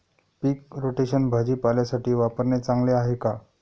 पीक rotation भाजीपाल्यासाठी वापरणे चांगले आहे का?